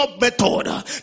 method